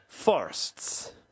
Forests